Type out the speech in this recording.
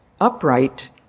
upright